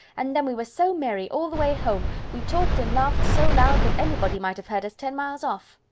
and then we were so merry all the way home! we talked and laughed so loud, that anybody might have heard us ten miles off!